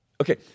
Okay